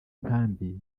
nkambi